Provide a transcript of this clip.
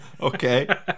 okay